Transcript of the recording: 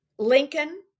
lincoln